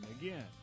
again